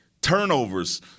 turnovers